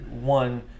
One